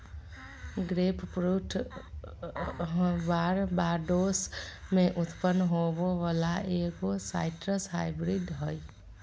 grapefruit Barbados में उत्पन्न होबो वला एगो साइट्रस हाइब्रिड हइ